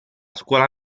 scuola